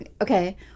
Okay